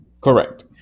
Correct